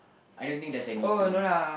I don't think that's a need to